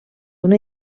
una